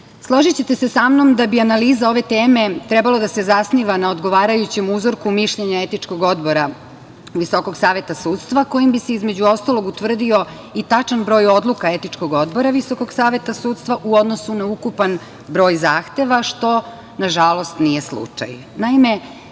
zemlji. Složićete se sa mnom da bi analiza ove teme trebalo da se zasniva na odgovarajućem uzorku mišljenje Etičkog odbora Visokog saveta sudstva, kojim bi se između ostalog utvrdio i tačan broj odluka Etičkog odbora Visokog saveta sudstva u odnosu na ukupan broj zahteva, što nažalost nije slučaj. Naime,